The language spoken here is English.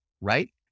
right